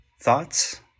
thoughts